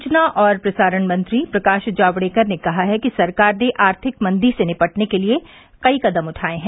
सूचना और प्रसारण मंत्री प्रकाश जावड़ेकर ने कहा है कि सरकार ने आर्थिक मंदी से निपटने के लिए कई कदम उठाये हैं